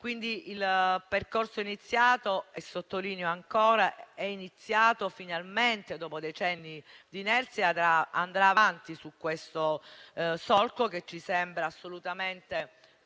campano. Il percorso - lo sottolineo ancora - è iniziato finalmente, dopo decenni d'inerzia, e andrà avanti su questo solco, che ci sembra assolutamente